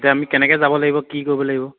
এতিয়া আমি কেনেকৈ যাব লাগিব কি কৰিব লাগিব